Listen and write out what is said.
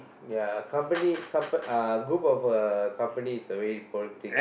ya company compa~ uh group of a company is a very important thing